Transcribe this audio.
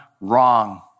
wrong